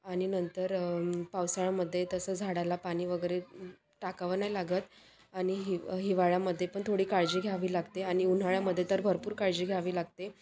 आणि नंतर पावसाळ्यामध्ये तसं झाडाला पाणी वगैरे टाकावं नाही लागत आणि हि हिवाळ्यामध्ये पण थोडी काळजी घ्यावी लागते आणि उन्हाळ्यामध्ये तर भरपूर काळजी घ्यावी लागते